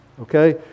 Okay